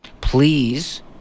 please